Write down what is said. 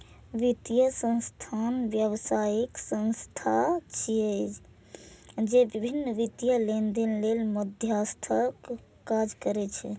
वित्तीय संस्थान व्यावसायिक संस्था छिय, जे विभिन्न वित्तीय लेनदेन लेल मध्यस्थक काज करै छै